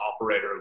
operator